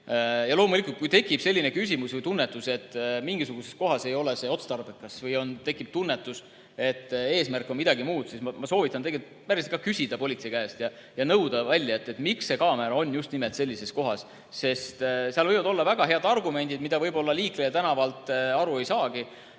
Loomulikult, kui tekib selline tunnetus, et mingisuguses kohas ei ole see otstarbekas, või tekib tunnetus, et eesmärk on midagi muud, siis ma soovitan ka päriselt küsida politsei käest ja nõuda välja, miks see kaamera on just nimelt sellises kohas, sest seal võivad olla väga head argumendid, millest võib-olla liikleja tänaval aru ei saagi.